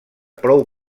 prou